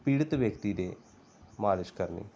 ਪੀੜਿਤ ਵਿਅਕਤੀ ਦੇ ਮਾਲਸ਼ ਕਰਨੀ